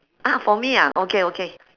ah for me ah okay okay